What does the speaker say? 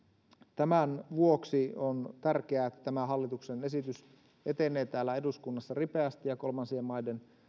tämän vuoksi on tärkeää että tämä hallituksen esitys etenee täällä eduskunnassa ripeästi ja kolmansien maiden